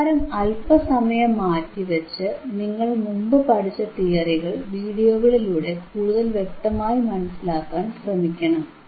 പ്രതിവാരം അല്പസമയം മാറ്റിവച്ച് നിങ്ങൾ മുമ്പു പഠിച്ച തിയറികൾ വീഡിയോകളിലൂടെ കൂടുതൽ വ്യക്തമായി മനസിലാക്കാൻ ശ്രമിക്കണം